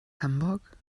hamburg